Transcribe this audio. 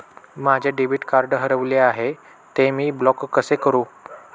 माझे debit card हरविले आहे, ते मी ब्लॉक कसे करु?